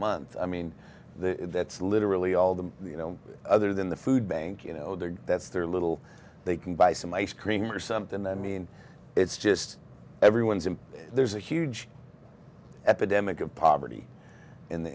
month i mean the that's literally all the you know other than the food bank you know their that's their little they can buy some ice cream or something then i mean it's just everyone's and there's a huge epidemic of poverty in the